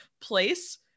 place